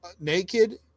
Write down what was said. naked